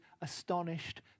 astonished